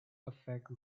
affect